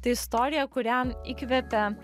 tai istorija kurią įkvepia